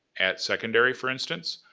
at secondary for instance,